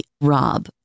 ROB